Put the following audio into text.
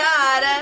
God